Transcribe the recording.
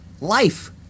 life